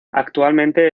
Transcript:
actualmente